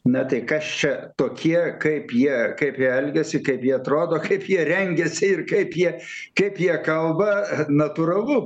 na tai kas čia tokie kaip jie kaip jie elgiasi kai jie atrodo kaip jie rengiasi ir kaip jie kaip jie kalba natūralu